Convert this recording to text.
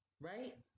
right